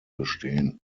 bestehen